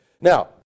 Now